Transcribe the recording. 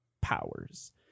powers